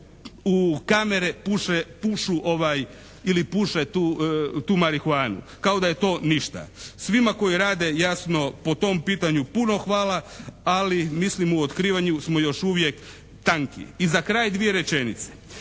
pušu ili puše tu marihuanu kao da je to ništa. Svima koji rade jasno po tom pitanju puno hvala, ali mislim u otkrivanju smo još uvijek tanki. I za kraj dvije rečenice.